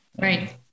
Right